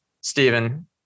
Stephen